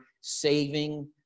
saving